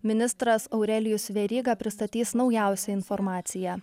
ministras aurelijus veryga pristatys naujausią informaciją